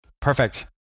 Perfect